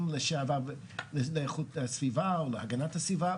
לשעבר של איכות הסביבה או בהגנת הסביבה,